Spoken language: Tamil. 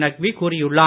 நக்வி கூறியுள்ளார்